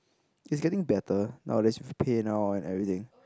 it's getting better nowadays with PayNow and everything